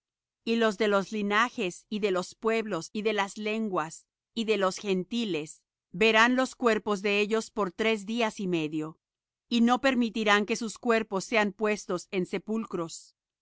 y los de los linajes y de los pueblos y de las lenguas y de los gentiles verán los cuerpos de ellos por tres días y medio y no permitirán que sus cuerpos sean puestos en sepulcros